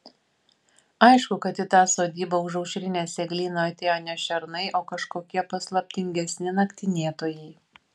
aišku kad į tą sodybą už aušrinės eglyno atėjo ne šernai o kažkokie paslaptingesni naktinėtojai